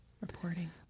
reporting